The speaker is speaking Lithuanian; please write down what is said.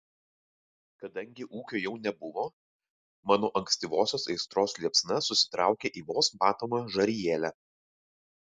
kadangi ūkio jau nebuvo mano ankstyvosios aistros liepsna susitraukė į vos matomą žarijėlę